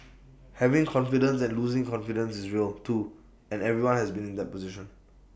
having confidence and losing confidence is real too and everyone has been in that position